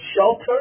shelter